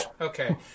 Okay